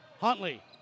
Huntley